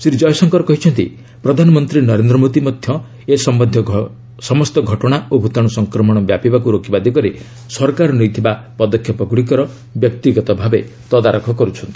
ଶ୍ରୀ ଜୟଶଙ୍କର କହିଛନ୍ତି ପ୍ରଧାନମନ୍ତ୍ରୀ ନରେନ୍ଦ୍ର ମୋଦି ମଧ୍ୟ ଏ ସମ୍ଭନ୍ଧୀୟ ସମସ୍ତ ଘଟଣା ଓ ଭୂତାଣୁ ସଂକ୍ରମଣ ବ୍ୟାପିବାକୁ ରୋକିବା ଦିଗରେ ସରକାର ନେଉଥିବା ପଦକ୍ଷେପଗ୍ରଡ଼ିକର ବ୍ୟକ୍ତିଗତ ଭାବେ ତଦାରଖ କର୍ରଛନ୍ତି